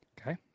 Okay